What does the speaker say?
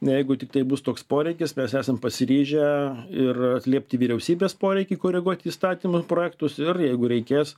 jeigu tiktai bus toks poreikis mes esam pasiryžę ir atliepti vyriausybės poreikį koreguoti įstatymų projektus ir jeigu reikės